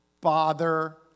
bother